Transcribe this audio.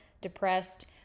depressed